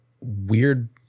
weird